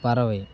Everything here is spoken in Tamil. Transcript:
பறவை